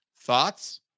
Thoughts